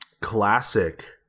classic